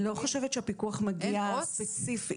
אני לא חושבת שהפיקוח מגיע ספציפית.